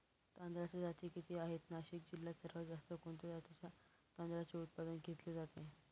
तांदळाच्या जाती किती आहेत, नाशिक जिल्ह्यात सर्वात जास्त कोणत्या जातीच्या तांदळाचे उत्पादन घेतले जाते?